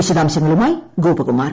വിശദാംശങ്ങളുമായി ഗോപകുമാർ